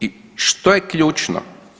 I što je ključno?